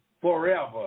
forever